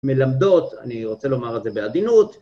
מלמדות, אני רוצה לומר על זה בעדינות